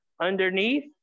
underneath